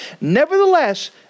Nevertheless